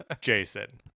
Jason